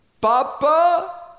Papa